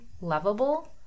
lovable